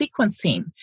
sequencing